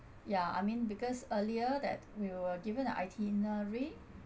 ya I mean because earlier that we were given a itinerary